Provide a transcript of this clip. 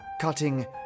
cutting